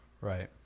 Right